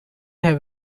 have